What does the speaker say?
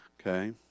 Okay